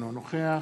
אינו נוכח